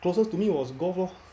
closest to me was golf lor